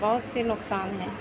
بہت سے نقصان ہیں